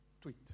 Tweet